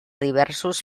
diversos